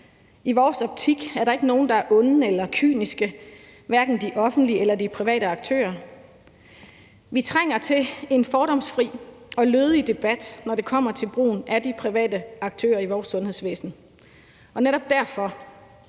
I vores optik er der ikke nogen, der er onde eller kyniske, hverken de offentlige eller de private aktører. Vi trænger til en fordomsfri og lødig debat, når det kommer til brugen af de private aktører i vores sundhedsvæsen, og netop derfor